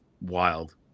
wild